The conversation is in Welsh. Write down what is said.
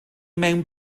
mewn